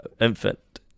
infant